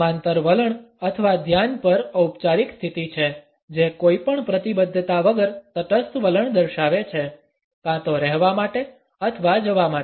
સમાંતર વલણ અથવા ધ્યાન પર ઔપચારિક સ્થિતિ છે જે કોઈપણ પ્રતિબદ્ધતા વગર તટસ્થ વલણ દર્શાવે છે કાં તો રહેવા માટે અથવા જવા માટે